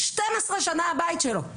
12 שנה הבית שלו.